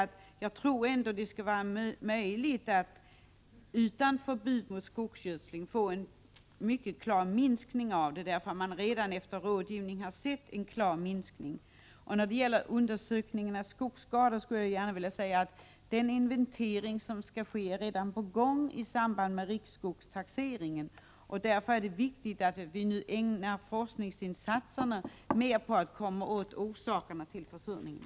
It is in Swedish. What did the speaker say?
Men jag tror ändå att det skulle vara möjligt att utan förbud få en mycket klar minskning av skogsgödslingen. Redan efter rådgivning har man sett en klar minskning. När det gäller undersökningen av skogsskador vill jag framhålla att den inventering som skall ske redan är på gång i samband med riksskogstaxeringen. Därför är det viktigt att vi nu ägnar forskningsinsatserna mer åt att komma åt orsakerna till försurningen.